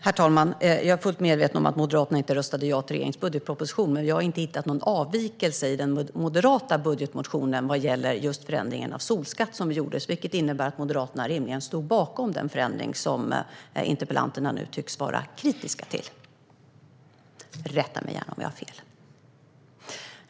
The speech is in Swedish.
Herr talman! Jag är fullt medveten om att Moderaterna inte röstade ja till regeringens budgetproposition, men jag har inte hittat någon avvikelse i den moderata budgetmotionen vad gäller just den förändring av solskatten som gjordes. Det innebär rimligen att Moderaterna står bakom den förändring som interpellanterna nu tycks vara kritiska till. Rätta mig gärna om jag har fel!